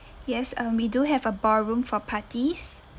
yes um we do have a ballroom for parties